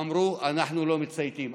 הם אמרו: אנחנו לא מצייתים,